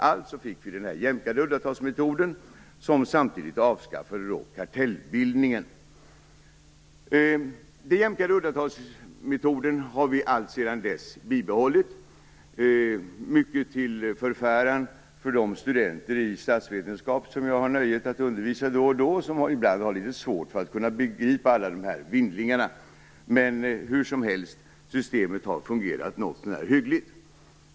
Alltså fick vi den jämkade uddatalsmetoden, som samtidigt avskaffade kartellbildningen. Vi har alltsedan dess bibehållit den jämkade uddatalsmetoden, mycket till förfäran för de studenter i statsvetenskap som jag då och då har nöjet att undervisa och som ibland har litet svårt att begripa alla vindlingarna i denna metod. Men hur som helst - systemet har fungerat något så när hyggligt.